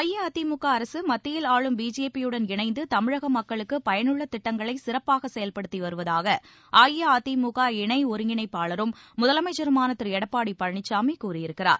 அஇஅதிமுக அரசு மத்தியில் ஆளும் பிஜேபியுடன் இணைந்து தமிழக மக்களுக்கு பயனுள்ள திட்டங்களை சிறப்பாக செயல்படுத்தி வருவதாக அஇஅதிமுக இணை ஒரங்கிணைப்பாளரும் முதலமைச்சருமான திரு எடப்பாடி பழனிசாமி கூறியிருக்கிறார்